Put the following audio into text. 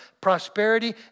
Prosperity